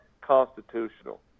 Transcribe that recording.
constitutional